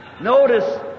Notice